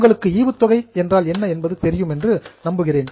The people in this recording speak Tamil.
உங்களுக்கு ஈவுத்தொகை என்றால் என்ன என்பது தெரியும் என்று நம்புகிறேன்